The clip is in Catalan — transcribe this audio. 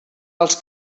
els